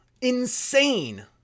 Insane